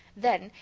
then,